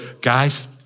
guys